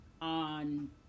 on